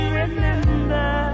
remember